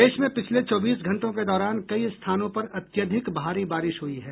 प्रदेश में पिछले चौबीस घंटों के दौरान कई स्थानों पर अत्यधिक भारी बारिश हई है